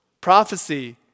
prophecy